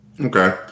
Okay